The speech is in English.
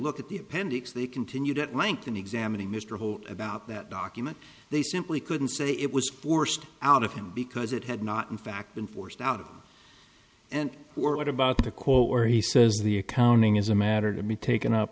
look at the appendix they continued at length in examining mr holt about that document they simply couldn't say it was forced out of him because it had not in fact been forced out of and what about the call or he says the accounting is a matter to me taken up